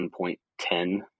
1.10